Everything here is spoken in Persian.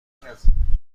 کنم